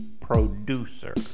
producer